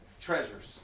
treasures